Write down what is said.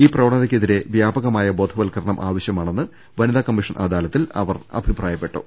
ഈ പ്രവണതക്കെതിരെ വ്യാപകമായ ബോധവ ത്കരണം ആവശ്യമാണെന്ന് വനിതാ കമ്മീഷൻ അദാല ത്തിൽ അവർ അഭിപ്രായപ്പെട്ടു